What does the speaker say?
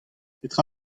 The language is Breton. petra